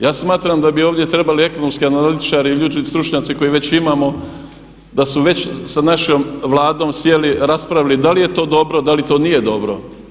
Ja smatram da bi ovdje trebali ekonomski analitičari i … stručnjaci koje već imamo da su već sa našom Vladom sjeli, raspravili da li je to dobro, da li to nije dobro.